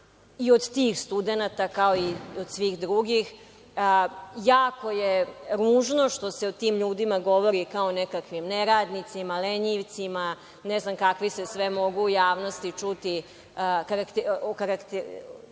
i od tih studenata, kao i od svih drugih. Jako je ružno što se o tim ljudima govori kao o nekakvim neradnicima, lenjivcima, ne znam kakva se sve mogu u javnosti čuti, zapravo